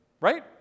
right